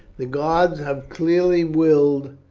the gods have clearly willed,